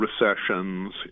recessions